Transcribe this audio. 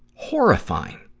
horrifying!